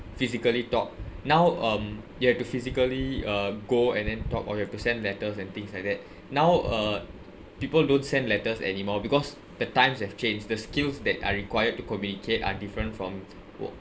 physically talk now um you have to physically uh go and then talk or you have to send letters and things like that now uh people don't send letters anymore because the times have changed the skills that are required to communicate are different from